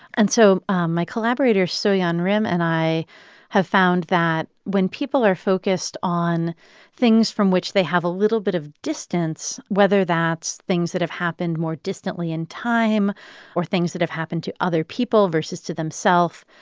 and so my collaborator, soyon rim, and i have found that when people are focused on things from which they have a little bit of distance, whether that's things that have happened more distantly in time or things that have happened to other people versus to themself,